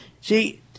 See